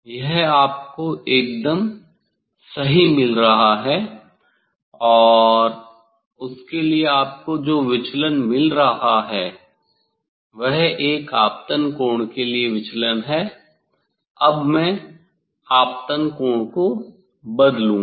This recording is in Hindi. यह आपको एकदम सही मिल रहा है और उसके लिए आपको जो विचलन मिल रहा है वह एक आपतन कोण के लिए विचलन है अब मैं आपतन कोण को बदलूंगा